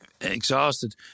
exhausted